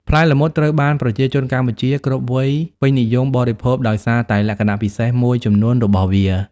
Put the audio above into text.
ផ្លែល្មុតត្រូវបានប្រជាជនកម្ពុជាគ្រប់វ័យពេញនិយមបរិភោគដោយសារតែលក្ខណៈពិសេសមួយចំនួនរបស់វា។